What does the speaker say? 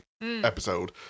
episode